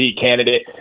candidate